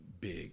big